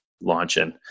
launching